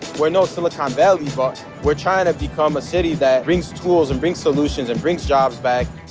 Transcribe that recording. we're no silicon um valley and but we're tryin' to become a city that brings tools and brings solutions and brings jobs back.